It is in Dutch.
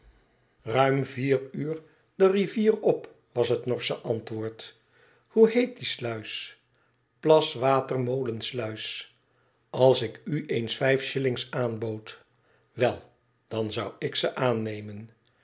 ruim vier uur de rivier op was het norsche antwoord hoe heet die sluis v f plas water molenslttis i als ik a eens vijf shillings aanbood wel dan zou ik ze aannemen